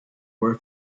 were